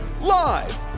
Live